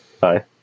Hi